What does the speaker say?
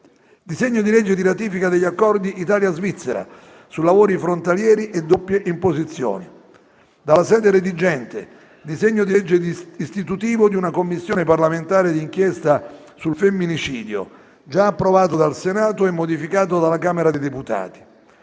disegno di legge di ratifica degli Accordi Italia-Svizzera su lavori frontalieri e doppie imposizioni; dalla sede redigente, disegno di legge istitutivo di una Commissione parlamentare di inchiesta sul femminicidio, già approvato dal Senato e modificato dalla Camera dei deputati;